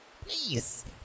Please